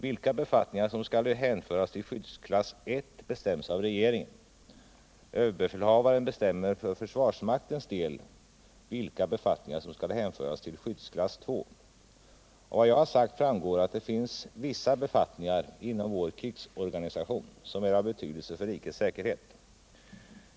Vilka befattningar som skall hänföras till skyddsklass 1 bestäms av regeringen. Överbefälhavaren bestämmer för försvarsmaktens del vilka befattningar som skall hänföras till skyddsklass 2. Av vad jag har sagt framgår att det finns vissa befattningar inom vår krigsorganisation som är av betydelse för rikets säkerhet.